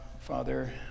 Father